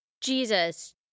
Jesus